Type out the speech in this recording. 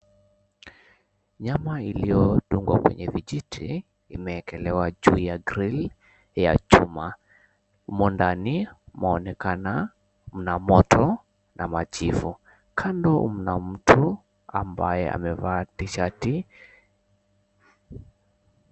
Nyama iliyodungwa kwenye vijiti, imeekelewa juu ya grili ya chuma , mumo ndani munaonekana mna moto na majivu , kando mna mtu ambaye amevaa tishati